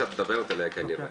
שאת מדברת עליה כנראה,